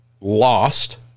lost